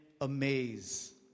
amaze